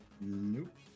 Nope